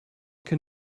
can